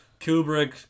Kubrick